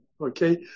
okay